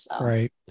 Right